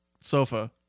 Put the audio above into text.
sofa